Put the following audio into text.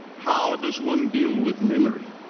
how does one deal with memory?